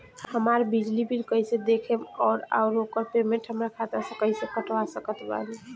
हमार बिजली बिल कईसे देखेमऔर आउर ओकर पेमेंट हमरा खाता से कईसे कटवा सकत बानी?